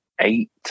eight